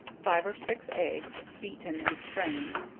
five or six eggs beaten and strained,